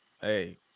hey